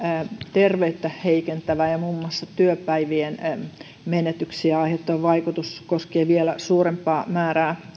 terveyttä heikentävä ja muun muassa työpäivien menetyksiä aiheuttava vaikutus koskee vielä suurempaa määrää